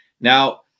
Now